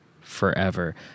forever